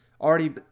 Already